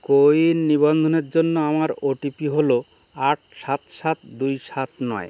CoWIN নিবন্ধনের জন্য আমার ওটিপি হলো আট সাত সাত দুই সাত নয়